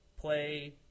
play